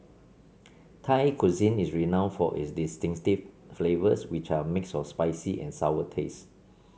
Thai cuisine is renowned for its distinctive flavors which are a mix of spicy and sour taste